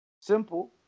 Simple